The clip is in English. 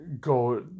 go